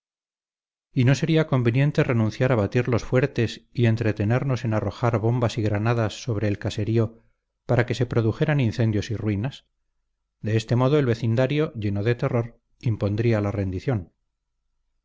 y no sería conveniente renunciar a batir los fuertes y entretenernos en arrojar bombas y granadas sobre el caserío para que se produjeran incendios y ruinas de este modo el vecindario lleno de terror impondría la rendición